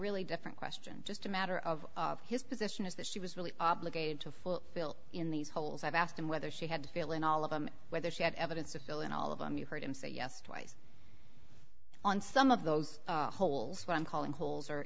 really different question just a matter of his position is that she was really obligated to full fill in these holes i've asked and whether she had to fill in all of them whether she had evidence to fill in all of them you heard him say yes twice on some of those holes when calling holes or